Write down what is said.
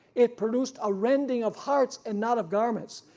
it produced a rending of hearts and not of garments,